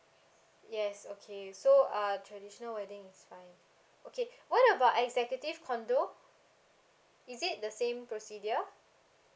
yes okay so uh traditional weddings is fine okay what about executive condo is it the same procedure